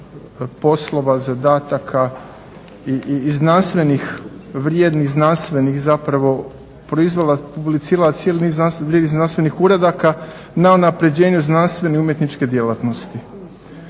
poslova, zadataka i znanstvenih, vrijednih znanstvenih zapravo proizvela, publicirala cijeli niz vrijednih znanstvenih uradaka na unapređenju znanstvene i umjetničke djelatnosti.